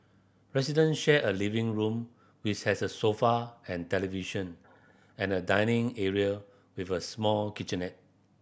resident share a living room which has a sofa and television and a dining area with a small kitchenette